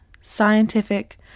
scientific